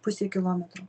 pusė kilometro